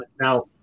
Now